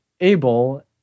Able